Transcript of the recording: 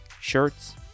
shirts